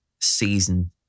season